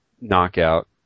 knockout